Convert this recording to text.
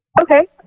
Okay